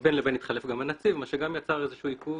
בין לבין התחלף הנציב מה שיצר עיכוב.